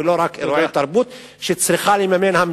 ולא רק אירועי תרבות שהממשלה צריכה לממן.